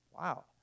Wow